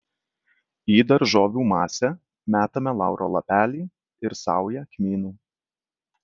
į daržovių masę metame lauro lapelį ir saują kmynų